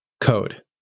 code